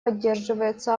поддерживается